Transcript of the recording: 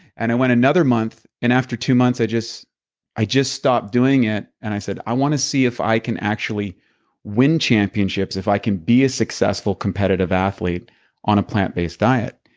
and i went another month and after two months, i just i just stopped doing it and i said, i want to see if i can actually win championships, if i can be a successful competitive athlete on a plant-based diet.